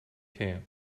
camp